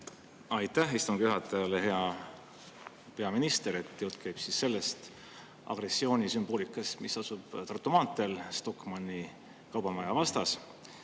Aitäh istungi juhatajale! Hea peaminister! Jutt käib siis sellest agressioonisümboolikast, mis asub Tartu maanteel Stockmanni kaubamaja vastas.